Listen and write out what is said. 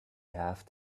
have